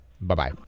Bye-bye